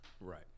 Right